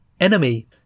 enemy